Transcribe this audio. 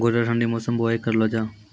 गोटा ठंडी मौसम बुवाई करऽ लो जा?